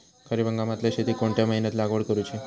खरीप हंगामातल्या शेतीक कोणत्या महिन्यात लागवड करूची?